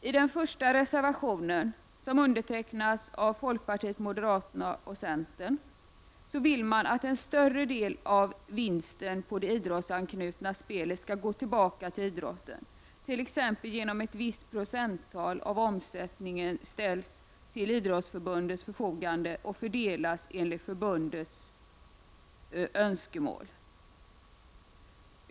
I den första reservationen, som undertecknats av folkpartiet, moderaterna och centern, vill man att en större del av vinsten på det idrottsanknutna spelet skall gå tillbaka till idrotten, t.ex. genom att visst procenttal av omsättningen ställs till Riksidrottsförbundets förfogande att fördelas enligt förbundets önskemål.